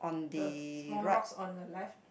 the small rocks on the left